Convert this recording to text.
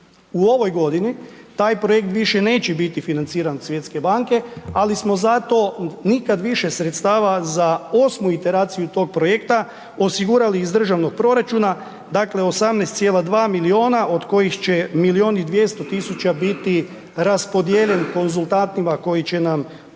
U ovoj godini taj projekt više neće biti financiran od Svjetske banke, ali smo zato nikad više sredstava za 8 iteraciju tog projekta osigurali iz državnog proračuna dakle, 18,2 miliona od kojih će 1,2 miliona biti raspodijeljeni konzultantima koji će nam pomoći